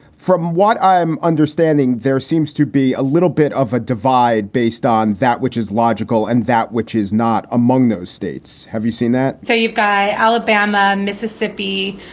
from what i'm understanding, there seems to be a little bit of a divide based on that, which is logical and that which is not among those states. have you seen that? so you've guy alabama, and mississippi,